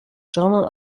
journal